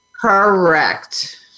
Correct